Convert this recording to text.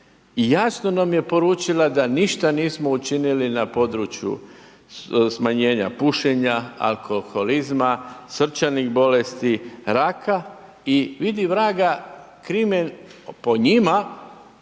i jasno nam je poručila da ništa nismo učinili na području smanjenja pušenja, alkoholizma, srčanih bolesti, raka i vidi vraga, krimen,